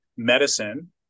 medicine